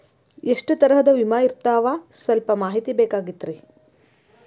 ಎಷ್ಟ ತರಹದ ವಿಮಾ ಇರ್ತಾವ ಸಲ್ಪ ಮಾಹಿತಿ ಬೇಕಾಗಿತ್ರಿ